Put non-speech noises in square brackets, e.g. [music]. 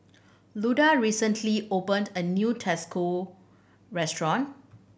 Luda recently opened a new [unintelligible] restaurant